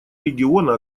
региона